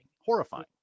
horrifying